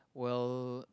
while